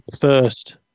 first